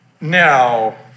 Now